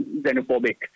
xenophobic